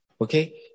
okay